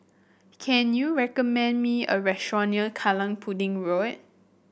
can you recommend me a restaurant near Kallang Pudding Road